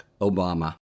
Obama